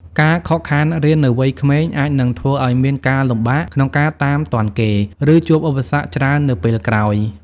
ការខកខានរៀននៅវ័យក្មេង អាចនឹងធ្វើឱ្យមានការលំបាកក្នុងការតាមទាន់គេ ឬជួបឧបសគ្គច្រើននៅពេលក្រោយ ។